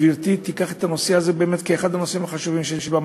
שגברתי תיקח את הנושא הזה באמת כאחד הנושאים החשובים שיש לטפל